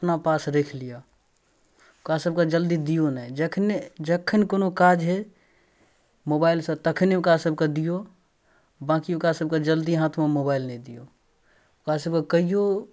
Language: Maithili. अपना पास राखि लिअऽ ओकरासभके जल्दी दिऔ नहि जखने जखन कोनो काज होइ मोबाइलसँ तखने ओकरासभके दिऔ बाँकी हुनकासभके जल्दी हाथमे मोबाइल नहि दिऔ ओकरासभके कहिऔ